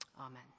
amen